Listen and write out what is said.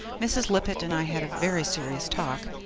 mrs. lippett and i had a very serious talk.